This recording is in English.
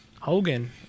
Hogan